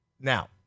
Now